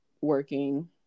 working